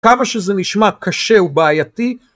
כמה שזה נשמע קשה ובעייתי,